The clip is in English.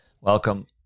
Welcome